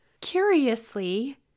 Curiously